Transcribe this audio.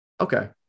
Okay